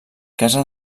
casa